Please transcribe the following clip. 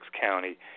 County